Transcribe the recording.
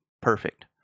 Perfect